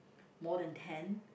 more than ten